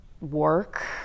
work